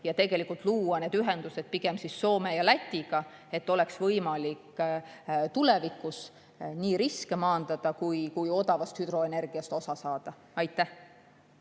ja luua need ühendused pigem Soome ja Lätiga, et oleks võimalik tulevikus nii riske maandada kui ka odavast hüdroenergiast osa saada. Aitäh!